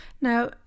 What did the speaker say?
Now